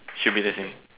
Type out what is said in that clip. should be the same